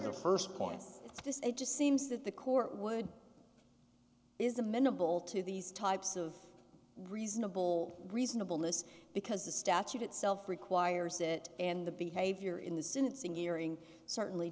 the first point is this it just seems that the court would is a minimal to these types of reasonable reasonable miss because the statute itself requires it and the behavior in the sentencing hearing certainly